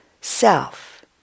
self